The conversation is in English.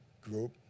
group